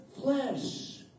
flesh